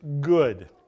good